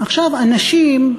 אנשים,